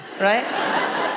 right